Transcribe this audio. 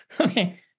Okay